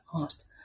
asked